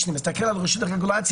כשאני מסתכל על רשות רגולציה,